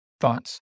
Thoughts